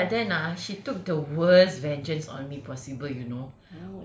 eh but then ah she took the worst vengeance on me possible you know